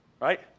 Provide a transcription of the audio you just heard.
Right